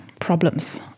problems